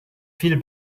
viel